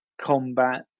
combat